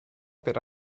per